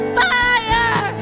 fire